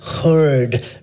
heard